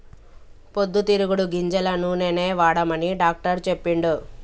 పొద్దు తిరుగుడు గింజల నూనెనే వాడమని డాక్టర్ చెప్పిండు